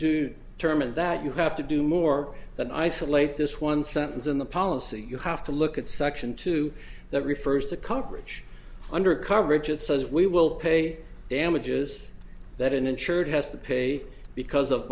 do terminate that you have to do more than isolate this one sentence in the policy you have to look at section two that refers to coverage under coverage it says we will pay damages that an insured has to pay because of